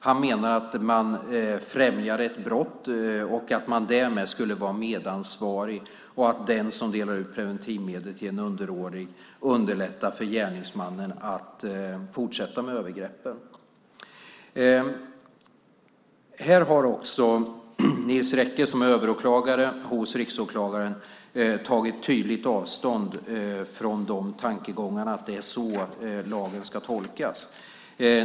Han menar att man främjar ett brott, att man därmed skulle vara medansvarig och att den som delar ut preventivmedel till en underårig underlättar för gärningsmannen att fortsätta med övergreppen. Nils Rekke, som är överåklagare hos riksåklagaren, har tagit tydligt avstånd från tankegångarna att det är så lagen ska tolkas.